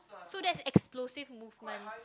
so that's explosive movement